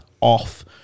off